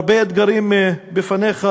הרבה אתגרים בפניך,